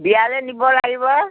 বিয়ালৈ নিব লাগিব